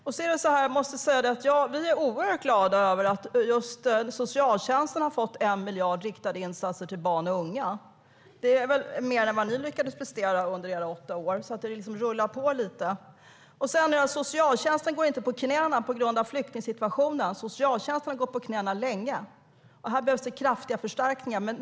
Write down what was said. Vi är mycket glada över att just socialtjänsten har fått 1 miljard för riktade insatser till barn och unga. Det är mer än vad ni lyckades prestera under era åtta år. Socialtjänsten går inte på knäna på grund av flyktingsituationen, utan den har gått på knäna länge. Här behövs det kraftiga förstärkningar.